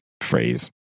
phrase